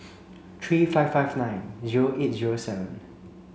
three five five nine zero eight zero seven